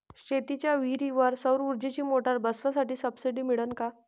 शेतीच्या विहीरीवर सौर ऊर्जेची मोटार बसवासाठी सबसीडी मिळन का?